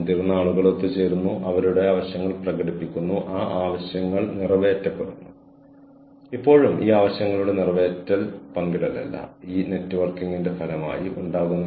കൂടാതെ നമ്മൾ കോഴ്സുകൾ വികസിപ്പിക്കുകയാണ് ഞങ്ങളുടെ പക്കലുള്ള ഞാൻ ഇപ്പോൾ കാണിച്ചുതന്ന പേപ്പറുകൾ ഇൻസ്റ്റിറ്റ്യൂട്ട് വഴി ഞങ്ങളുടെ പക്കലുള്ള ഡാറ്റാബേസുകളിൽ നിന്ന് ഡൌൺലോഡ് ചെയ്തതാണ്